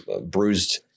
bruised